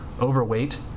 overweight